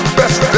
best